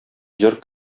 җыр